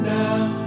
now